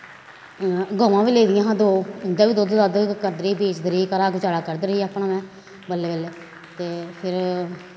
ग'वां बी लेई दियां हां दो उं'दा बी दुद्ध दद्ध करदी रेही बेचदी रेही घरा दा गजारा करदी रेही अपना में बल्लें बल्लें ते फिर